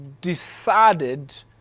decided